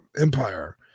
Empire